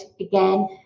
again